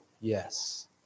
Yes